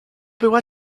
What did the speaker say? była